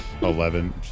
Eleven